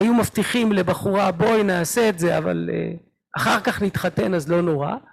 היו מבטיחים לבחורה בואי נעשה את זה אבל אחר כך נתחתן אז לא נורא